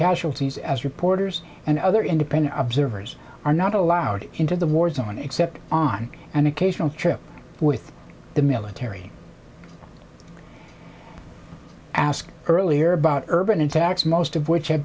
casualties as reporters and other independent observers are not allowed into the war zone except on an occasional trip with the military ask earlier about urban attacks most of which ha